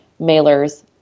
mailers